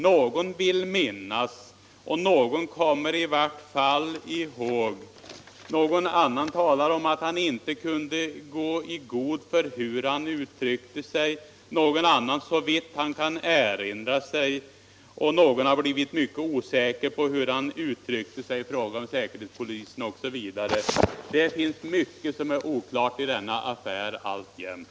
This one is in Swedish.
Någon vill minnas, någon kommer i vart fall ihåg, någon annan säger att han inte kan gå i god för hur han uttryckte sig, någons uppgifter gäller såvitt han kan erinra sig, någon har blivit mycket osäker på hur han uttryckte sig i fråga om säkerhetspolisen, osv. Det finns mycket som är oklart i denna affär alltjämt.